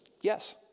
yes